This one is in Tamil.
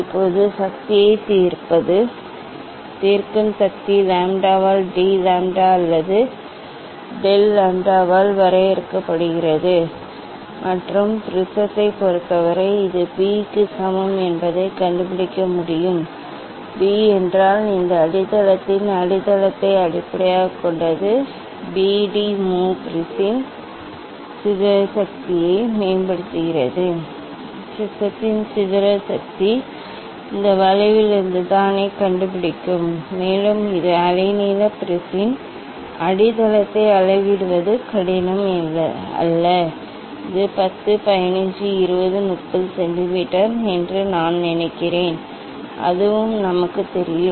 இப்போது சக்தியைத் தீர்ப்பது தீர்க்கும் சக்தி லாம்ப்டாவால் டி லாம்ப்டா அல்லது டெல் லாம்ப்டாவால் வரையறுக்கப்படுகிறது மற்றும் ப்ரிஸத்தைப் பொறுத்தவரை இது பி க்கு சமம் என்பதைக் கண்டுபிடிக்க முடியும் பி என்றால் இந்த அடித்தளத்தின் அடித்தளத்தை அடிப்படையாகக் கொண்டது பி டி மு பிரிஸின் சிதறல் சக்தியை மேம்படுத்துகிறது ப்ரிஸத்தின் சிதறல் சக்தி இந்த வளைவிலிருந்து தானே கண்டுபிடிக்கும் மேலும் இது அலைநீள ப்ரிஸின் அடித்தளத்தை அளவிடுவது கடினம் அல்ல இது 10 15 20 30 சென்டிமீட்டர் என்று நான் நினைக்கிறேன் அதுவும் நமக்குத் தெரியும்